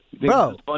Bro